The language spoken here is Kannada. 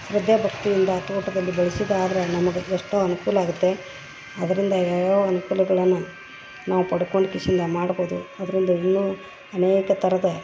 ಶ್ರದ್ಧೆ ಭಕ್ತಿಯಿಂದ ತೋಟದಲ್ಲಿ ಬೆಳ್ಸಿದ್ದಾದರೆ ನಮಗ ಎಷ್ಟೊ ಅನ್ಕೂಲ ಆಗತ್ತೆ ಅದರಿಂದ ಯಾವ ಯಾವ ಅನ್ಕೂಲ್ಗಳನ್ನ ನಾವು ಪಡ್ಕೊಂಡು ಕಿಶಿಂದ ಮಾಡ್ಬೋದು ಅದರಿಂದ ಇನ್ನು ಅನೇಕ ಥರದ